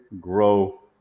grow